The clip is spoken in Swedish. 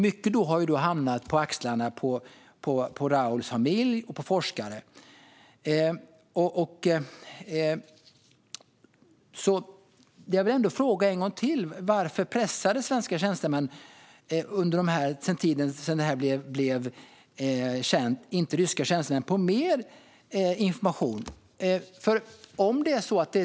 Mycket har då hamnat på axlarna på Raouls familj och på forskare. Jag vill ändå fråga en gång till: Varför pressade inte svenska tjänstemän de ryska tjänstemännen på mer information sedan detta blev känt?